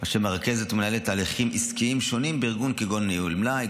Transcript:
אשר מרכזת ומנהלת תהליכים עסקיים שונים בארגון כגון ניהול מלאי,